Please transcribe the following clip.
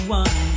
one